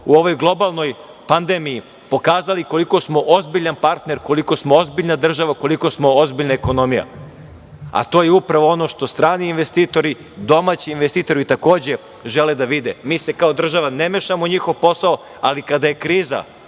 u ovoj globalnoj pandemiji pokazali koliko smo ozbiljan partner, koliko smo ozbiljna država, koliko smo ozbiljna ekonomija. A to je upravo ono što strani investitori, domaći investitori takođe, žele da vide. Mi se kao država ne mešamo u njihov posao, ali kada je kriza,